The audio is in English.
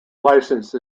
licensed